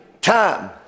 time